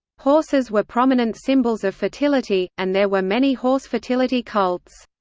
horses were prominent symbols of fertility, and there were many horse fertility cults.